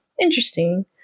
interesting